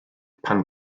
pan